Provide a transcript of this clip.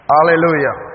Hallelujah